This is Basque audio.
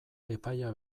epaia